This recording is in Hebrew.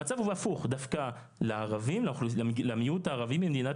המצב הוא הפוך דווקא למיעוט הערבי במדינת